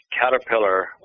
caterpillar